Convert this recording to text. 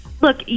look